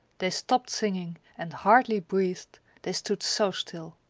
they stopped singing and hardly breathed they stood so still.